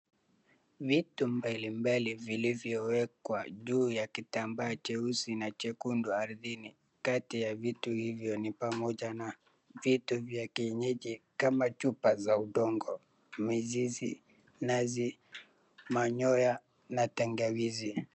Vitu mbalimbali vilivyowekwa juu ya kitambaa cheusi na jekundu ardhini na kati ya vitu hivi ni pamoja na vitu vya kienyeji kama chupa za udongo, mizizi, nazi, manyoya na tangawizi.